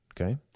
Okay